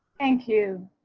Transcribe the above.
thank you.